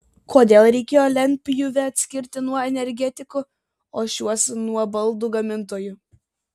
kodėl reikėjo lentpjūvę atskirti nuo energetikų o šiuos nuo baldų gamintojų